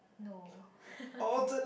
no